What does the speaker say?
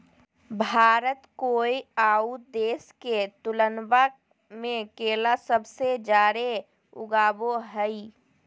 भारत कोय आउ देश के तुलनबा में केला सबसे जाड़े उगाबो हइ